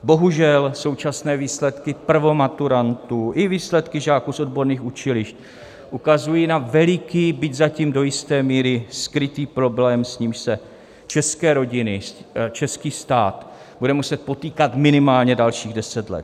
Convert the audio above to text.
Bohužel současné výsledky prvomaturantů i výsledky žáků z odborných učilišť ukazují na veliký, byť zatím do jisté míry skrytý problém, s nímž se české rodiny, český stát budou muset potýkat minimálně dalších deset let.